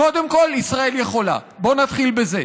קודם כול, ישראל יכולה, בואו נתחיל בזה.